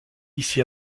ici